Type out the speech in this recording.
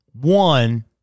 One